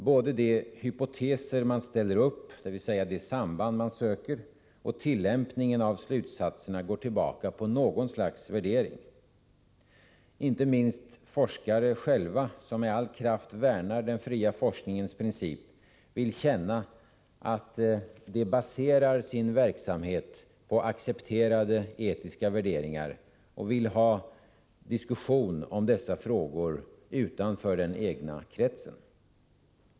Både de hypoteser man ställer upp, dvs. de samband man söker, och tillämpningen av slutsatserna går tillbaka på något slags värdering. Inte minst forskare själva, som med all kraft värnar den fria forskningens princip, vill känna att de baserar sin verksamhet på accepterade etiska värderingar och vill ha diskussion om dessa frågor utanför den egna kretsen.